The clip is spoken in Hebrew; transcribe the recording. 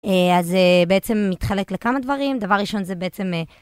אז בעצם מתחלק לכמה דברים, דבר ראשון זה בעצם